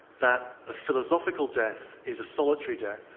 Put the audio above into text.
that the philosophical death is a solitary death,